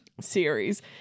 series